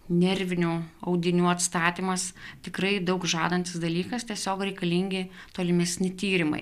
nervinių audinių atstatymas tikrai daug žadantis dalykas tiesiog reikalingi tolimesni tyrimai